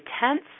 tense